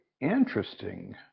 interesting